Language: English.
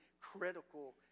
critical